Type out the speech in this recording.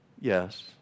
Yes